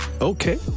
Okay